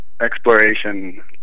exploration